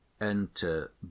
Enter